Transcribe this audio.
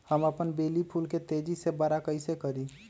हम अपन बेली फुल के तेज़ी से बरा कईसे करी?